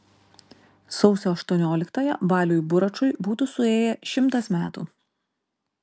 sausio aštuonioliktąją baliui buračui būtų suėję šimtas metų